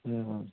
ꯎꯝ